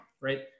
Right